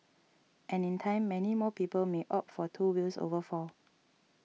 and in time many more people may opt for two wheels over four